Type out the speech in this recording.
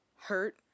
hurt